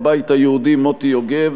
הבית היהודי: מרדכי יוגב.